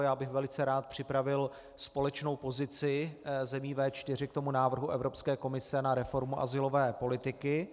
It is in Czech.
Já bych velice rád připravil společnou pozici zemí V4 k tomu návrhu Evropské komise na reformu azylové politiky.